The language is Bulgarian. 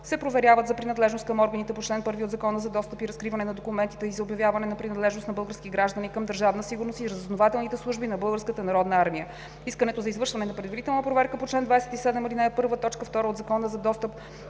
се проверяват за принадлежност към органите по чл. 1 от Закона за достъп и разкриване на документите и за обявяване на принадлежност на български граждани към Държавна сигурност и разузнавателните служби на Българската народна армия. Искането за извършване на предварителна проверка по чл. 27, ал. 1, т. 2 от Закона за достъп